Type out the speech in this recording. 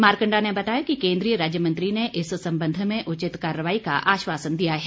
मारकंडा ने बताया कि केन्द्रीय राज्य मंत्री ने इस संबंध में उचित कार्रवाई का आश्वासन दिया है